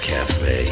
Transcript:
Cafe